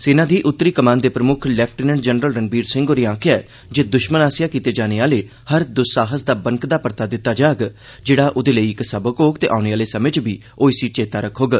सेना दी उत्तरी कमान दे प्रमुख लेफ्टिनेंट जनरल रणबीर सिंह होरें आक्खेआ ऐ जे दुष्मन आस्सेआ कीते जाने आले हर दुस्साहस दा बनकदा परता दित्ता जाग जेड़ा ओदे लेई इक सबक होग ते औने आले समें च बी ओ इसी चेता रखोग